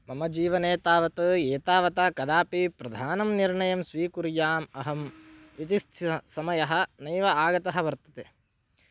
मम जीवने तावत् एतावता कदापि प्रधानं निर्णयं स्वीकुर्याम् अहम् इति समयः नैव आगतः वर्तते